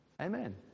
Amen